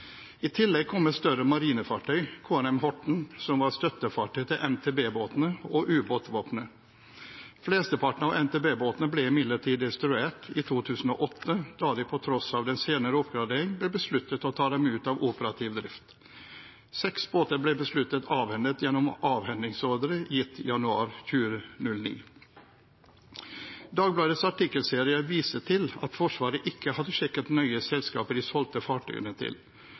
I tillegg kom et større marinefartøy, KNM «Horten», som var støttefartøy til MTB-ene og ubåtene. Flesteparten av MTB-ene ble imidlertid destruert i 2008, da det på tross av den senere oppgraderingen ble besluttet å ta dem ut av operativ drift. Seks båter ble besluttet avhendet gjennom avhendingsordre gitt januar 2009. Dagbladets artikkelserie viste til at Forsvaret ikke hadde sjekket nøye selskapet de solgte fartøyene til,